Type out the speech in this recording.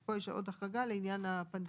פה יש עוד החרגה לעניין הפנדמיה.